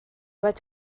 vaig